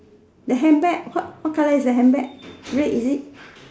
the handbag what what color is the handbag red is it